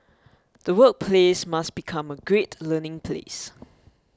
the workplace must become a great learning place